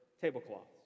tablecloths